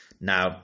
Now